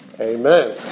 Amen